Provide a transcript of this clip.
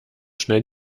schnell